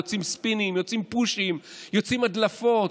יוצאים ספינים, יוצאים פושים, יוצאות הדלפות.